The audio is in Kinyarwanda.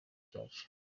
cyacu